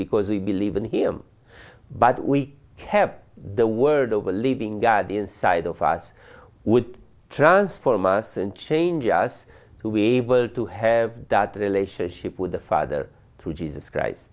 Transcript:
because we believe in him but we have the word of a living god inside of us would transform us and change us to be able to have that relationship with the father through jesus christ